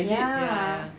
ya